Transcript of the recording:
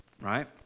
right